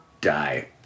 die